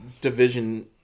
division